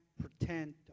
pretend